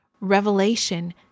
Revelation